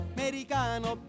Americano